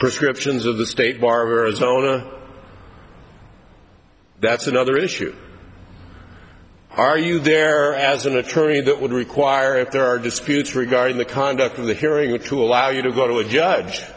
prescriptions of the state bar as owner that's another issue are you there as an attorney that would require if there are disputes regarding the conduct of the hearing and to allow you to go to a judge